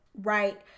right